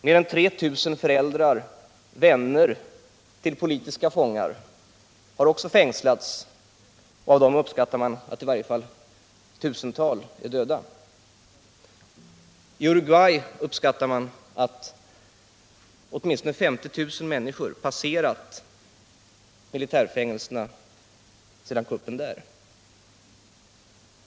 Mer än 3 000 föräldrar och vänner till politiska fångar har också fängslats. Av dem beräknas åtminstone något tusental ha dödats. I Uruguay anses åtminstone 50 000 människor ha passerat militärfängelserna efter kuppen där.